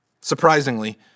Surprisingly